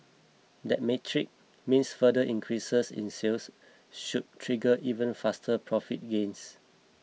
that metric means further increases in sales should trigger even faster profit gains